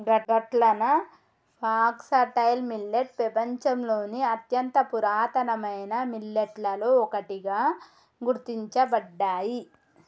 గట్లన foxtail millet పెపంచంలోని అత్యంత పురాతనమైన మిల్లెట్లలో ఒకటిగా గుర్తించబడ్డాయి